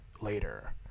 later